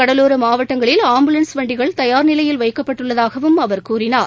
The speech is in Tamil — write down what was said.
கடலோர மாவட்டங்களில் ஆம்புலன்ஸ் வண்டிகள் தயார் நிலையில் வைக்கப்பட்டுள்ளதாகவும் அவர் கூறினார்